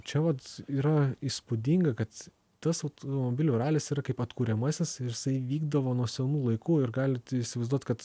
čia vat yra įspūdinga kad tas automobilių ralis yra kaip atkuriamasis ir jisai vykdavo nuo senų laikų ir galite įsivaizduot kad